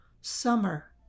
summer